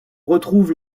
retrouve